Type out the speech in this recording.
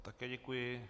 Také děkuji.